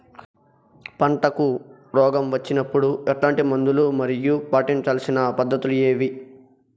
పంటకు రోగం వచ్చినప్పుడు ఎట్లాంటి మందులు మరియు పాటించాల్సిన పద్ధతులు ఏవి?